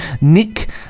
Nick